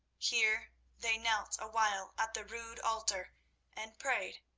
here they knelt a while at the rude altar and prayed,